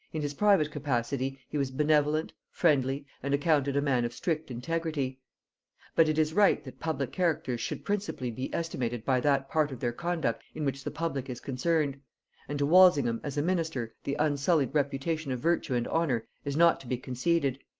in his private capacity he was benevolent, friendly, and accounted a man of strict integrity but it is right that public characters should principally be estimated by that part of their conduct in which the public is concerned and to walsingham as a minister the unsullied reputation of virtue and honor is not to be conceded.